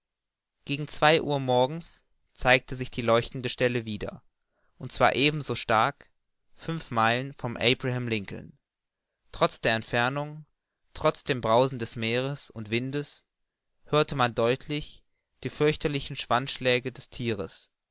gegen zwei uhr morgens zeigte sich die leuchtende stelle wieder und zwar ebenso stark fünf meilen vom abraham lincoln trotz der entfernung trotz dem brausen des meeres und windes hörte man deutlich die fürchterlichen schwanzschläge des thieres